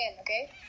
okay